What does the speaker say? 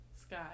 sky